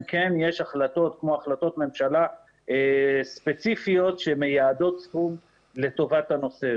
כן יש החלטות כמו החלטות ממשלה ספציפיות שמייעדות סכום לטובת הנושא.